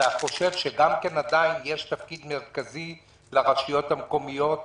אתה חושב שגם כן עדיין יש תפקיד מרכזי לרשויות המקומיות?